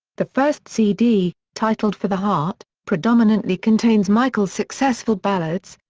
the first cd, titled for the heart, predominantly contains michael's successful ballads,